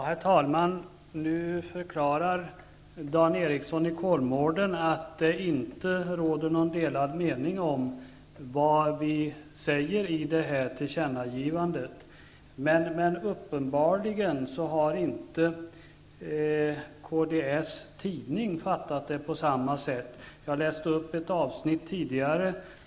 Herr talman! Dan Ericsson i Kolmården förklarar nu att det inte råder någon delad mening om vad vi säger i tillkännagivandet. Men kds tidning har uppenbarligen inte fattat det på samma sätt. Jag läste tidigare upp ett avsnitt.